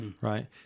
Right